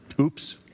Oops